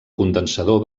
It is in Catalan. condensador